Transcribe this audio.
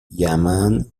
یمن